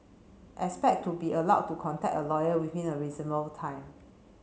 expect to be allowed to contact a lawyer within a reasonable time